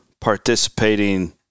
participating